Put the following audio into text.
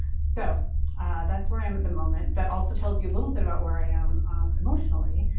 so that's where i am at the moment. that also tells you a little bit about where i am emotionally.